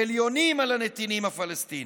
עליונים על הנתינים הפלסטינים,